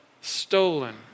stolen